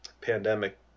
pandemic